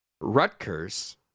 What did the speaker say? Rutgers